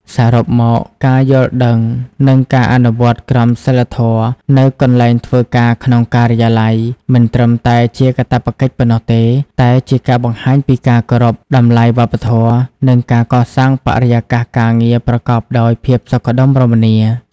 សរុបមក ការយល់ដឹង និងការអនុវត្តន៍ក្រមសីលធម៌នៅកន្លែងធ្វើការក្នុងការិយាល័យ មិនត្រឹមតែជាកាតព្វកិច្ចប៉ុណ្ណោះទេ តែជាការបង្ហាញពីការគោរពតម្លៃវប្បធម៌ និងការកសាងបរិយាកាសការងារប្រកបដោយភាពសុខដុមរមនា។។